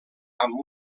amb